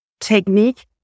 technique